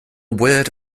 word